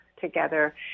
together